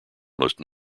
most